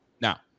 Now